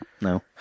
No